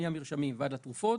מהמרשמים ועד התרופות.